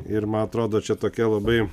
ir man atrodo čia tokia labai